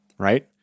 right